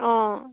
অঁ